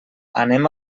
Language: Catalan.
anem